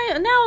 now